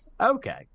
Okay